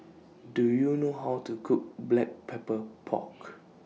Do YOU know How to Cook Black Pepper Pork